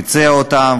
ביצע אותם,